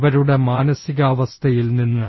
അവരുടെ മാനസികാവസ്ഥയിൽ നിന്ന്